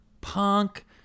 punk